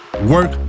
Work